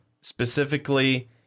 specifically